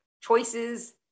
Choices